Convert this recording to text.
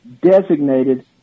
designated